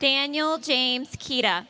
daniel james kita